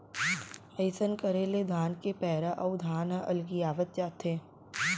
अइसन करे ले धान के पैरा अउ धान ह अलगियावत जाथे